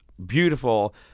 beautiful